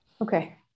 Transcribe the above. Okay